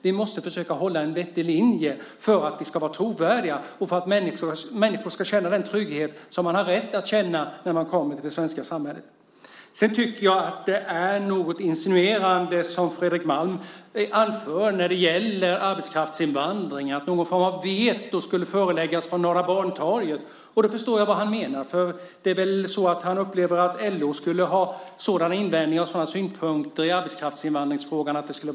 Vi måste försöka hålla en vettig linje för att vi ska vara trovärdiga och för att människor ska kunna känna den trygghet som de har rätt att känna när de kommer till det svenska samhället. Fredrik Malm insinuerar att någon form av veto när det gäller arbetskraftsinvandringen skulle föreläggas från Norra Bantorget. Jag förstår vad han menar. För det är väl så att han upplever LO:s invändningar och synpunkter i arbetskraftsinvandringsfrågan som ett veto.